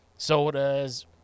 sodas